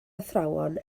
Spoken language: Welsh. athrawon